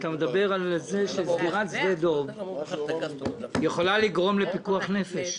אתה מדבר על זה שסגירת שדה דב יכולה לגרום לפיקוח נפש.